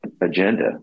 agenda